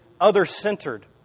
other-centered